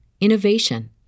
innovation